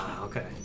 okay